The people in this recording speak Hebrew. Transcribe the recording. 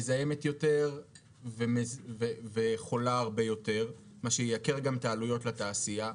מזהמת יותר וחולה הרבה יותר ומה שייקר גם את העלויות לתעשייה.